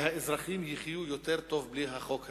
האזרחים יחיו יותר טוב בלי החוק הזה,